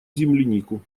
землянику